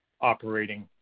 operating